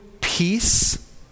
peace